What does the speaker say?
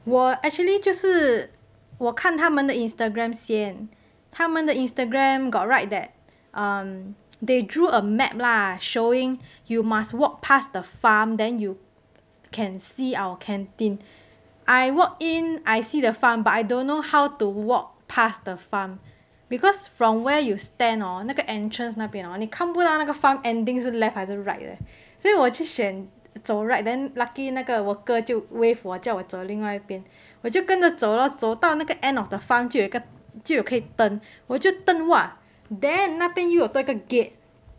我 actually 就是我看他们的 instagram 先他们的 instagram got write that they drew a map lah showing you must walk past the farm then you can see our canteen I walked in I see the farm but I don't know how to walk pass the farm because from where you stand hor 那个 entrance 那边 hor 你看不那个 farm ending 是 left 还是 right leh 所以我去选走 right then lucky 那个 worker 就 wave 我叫我走另外一边我就跟着走咯走到那个 end of the farm 就有就有可以 turn 我就 turn !wah! then 那边有有多一个 gate